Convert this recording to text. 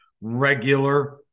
regular